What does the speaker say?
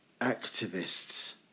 activists